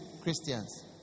Christians